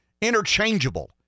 interchangeable